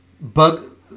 bug